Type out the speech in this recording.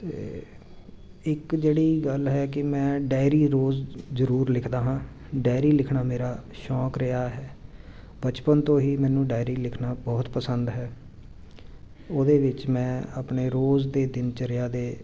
ਇੱਕ ਜਿਹੜੀ ਗੱਲ ਹੈ ਕਿ ਮੈਂ ਡਾਇਰੀ ਰੋਜ਼ ਜ਼ਰੂਰ ਲਿਖਦਾ ਹਾਂ ਡਾਇਰੀ ਲਿਖਣਾ ਮੇਰਾ ਸ਼ੌਕ ਰਿਹਾ ਹੈ ਬਚਪਨ ਤੋਂ ਹੀ ਮੈਨੂੰ ਡਾਇਰੀ ਲਿਖਣਾ ਬਹੁਤ ਪਸੰਦ ਹੈ ਉਹਦੇ ਵਿੱਚ ਮੈਂ ਆਪਣੇ ਰੋਜ਼ ਦੇ ਦਿਨ ਚਰਿਆ ਦੇ